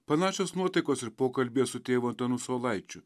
panašios nuotaikos ir pokalbyje su tėvu antanu saulaičiu